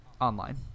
online